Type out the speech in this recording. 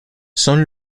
son